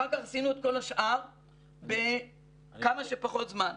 אחר כך עשינו את כל השאר בכמה שפחות זמן.